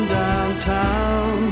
downtown